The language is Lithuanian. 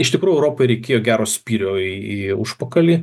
iš tikrųjų europai reikėjo gero spyrio į į užpakalį